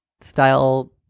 style